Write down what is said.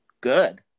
good